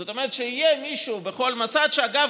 זאת אומרת שיהיה מישהו בכל מוסד אגב,